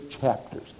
chapters